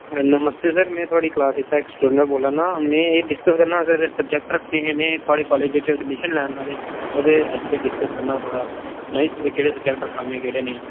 नमस्ते sir मैं थुआड़ी क्लासै इचा इक स्टूडेंट बोल्लै ना मैं एह् डिसकस करना हा सर सब्जैक्ट रक्खने हे मैं थुआड़े कालेज च एडमिशन लै ना ते ओह्दे आस्तै डिसकस करना हा थोड़ा सनाई सकने केह्ड़े सब्जेक्ट रक्खां मै केह्ड़े नेईं